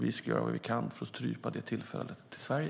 Vi ska göra vad vi kan för att strypa tillflödet till Sverige.